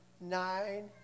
nine